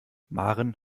maren